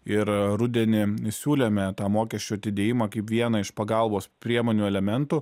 ir rudenį siūlėme tą mokesčių atidėjimą kaip vieną iš pagalbos priemonių elementų